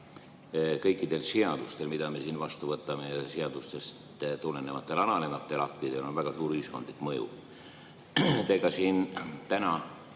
kõikidel seadustel, mida me siin vastu võtame, ja seadustest tulenevatel alamatel aktidel on väga suur ühiskondlik mõju. Te siin täna